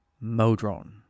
Modron